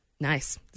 Nice